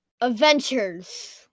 adventures